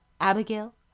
Abigail